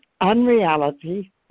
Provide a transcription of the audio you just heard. unreality